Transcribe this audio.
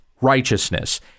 righteousness